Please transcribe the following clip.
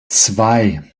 zwei